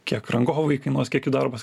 kiek rangovai kainuos kiek jų darbas